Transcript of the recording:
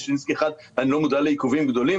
בששינסקי 1 אני לא מודע לעיכובים גדולים